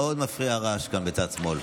מאוד מפריע הרעש כאן בצד שמאל.